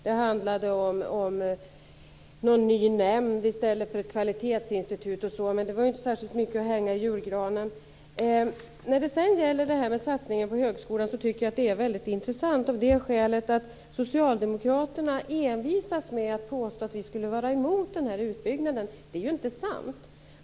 Det handlade om en ny nämnd i stället för att ha ett kvalitetsinstitut men det var inte särskilt mycket att hänga i julgranen. Detta med satsningar på högskolan tycker jag är väldigt intressant. Socialdemokraterna envisas ju med att påstå att vi skulle vara emot den här utbyggnaden men det är inte sant.